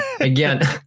again